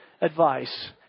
advice